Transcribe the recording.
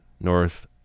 north